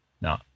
No